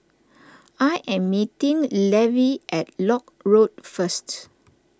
I am meeting Levy at Lock Road first